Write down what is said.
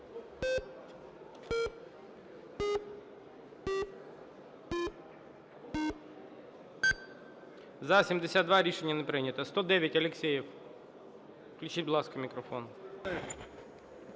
За-72 Рішення не прийнято. 109, Алєксєєв. Включіть, будь ласка, мікрофон.